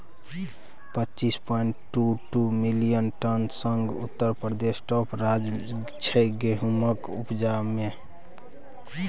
पच्चीस point two two million टनक संग उत्तर प्रदेश टाँप राज्य छै गहुमक उपजा मे